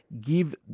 give